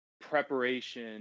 preparation